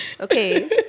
Okay